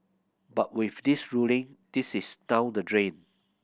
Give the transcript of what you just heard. but with this ruling this is down the drain